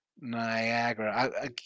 Niagara